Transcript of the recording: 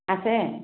আছে